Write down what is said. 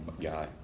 guy